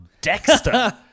Dexter